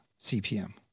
CPM